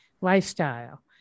lifestyle